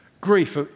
Grief